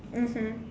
mmhmm